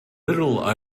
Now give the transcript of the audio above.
little